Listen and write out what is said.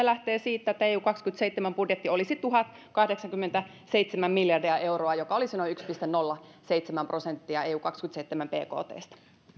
lähtee siitä että eu kahdenkymmenenseitsemän budjetti olisi tuhatkahdeksankymmentäseitsemän miljardia euroa joka olisi noin yksi pilkku nolla seitsemän prosenttia eu kahdenkymmenenseitsemän bktsta